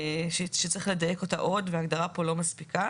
שצריך לדייק אותה עוד וההגדרה פה לא מספיקה.